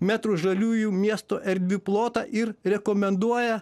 metrų žaliųjų miesto erdvių plotą ir rekomenduoja